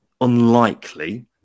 unlikely